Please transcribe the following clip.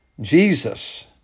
Jesus